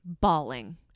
bawling